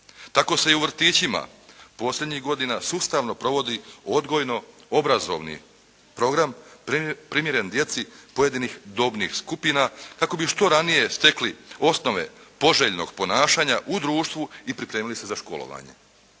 Tako se i u vrtićima posljednjih godina sustavno provodi odgojno-obrazovni program primjeren djeci pojedinih dobnih skupina kako bi što ranije stekli osnove poželjnog ponašanja u društvu i pripremili se za školovanje,